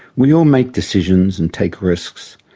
we all make decisions and take risks,